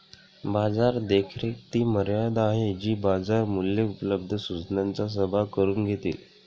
बाजार देखरेख ती मर्यादा आहे जी बाजार मूल्ये उपलब्ध सूचनांचा सहभाग करून घेते